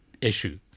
issue